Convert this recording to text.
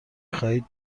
خواهید